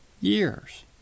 years